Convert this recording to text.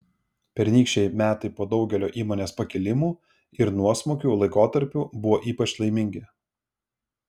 pernykščiai metai po daugelio įmonės pakilimų ir nuosmukių laikotarpių buvo ypač laimingi